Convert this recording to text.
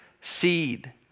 seed